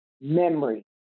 memory